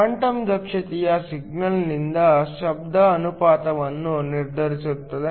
quantum ದಕ್ಷತೆಯು ಸಿಗ್ನಲ್ನಿಂದ ಶಬ್ದ ಅನುಪಾತವನ್ನು ನಿರ್ಧರಿಸುತ್ತದೆ